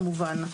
כמובן,